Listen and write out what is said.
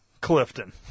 Clifton